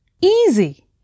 Easy